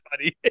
funny